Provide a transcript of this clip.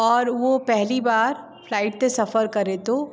और उहो पहली बार फ्लाइट ते सफर करे थो